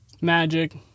Magic